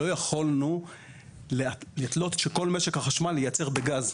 לא יכולנו לפלוט כשכל משק החשמל ייצר בגז.